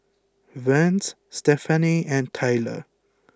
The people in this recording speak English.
Vance Stephany and Tylor